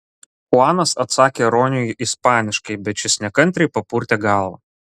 chuanas atsakė roniui ispaniškai bet šis nekantriai papurtė galvą